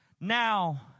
Now